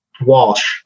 Walsh